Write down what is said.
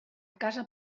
casa